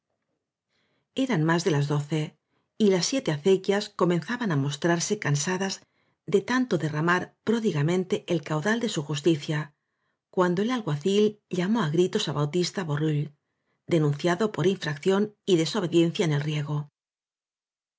eran más de las doce y las siete acequias comenzaban á mostrarse cansadas de tanto de rramar pródigamente el caudal de su justicia cuando el alguacil llamó á gritos á bautista borrull denunciado por infracción y desobe diencia en el riego